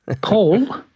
Paul